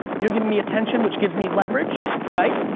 you're giving me attention which gives me leverage, right?